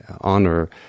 honor